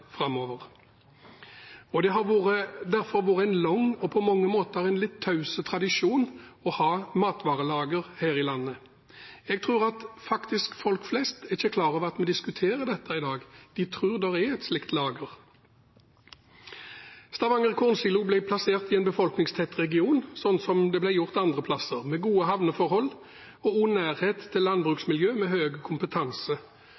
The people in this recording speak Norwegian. framover. Det har derfor vært en lang og på mange måter en litt taus tradisjon for å ha matvarelager her i landet. Jeg tror faktisk at folk flest ikke er klar over at vi diskuterer dette i dag. De tror det er et slikt lager. Stavanger kornsilo ble plassert i en befolkningstett region, sånn som det ble gjort andre steder, med gode havneforhold og nærhet til